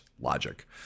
logic